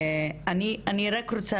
אני רק רוצה